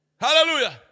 Hallelujah